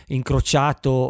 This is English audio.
incrociato